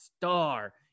star